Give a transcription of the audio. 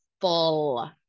full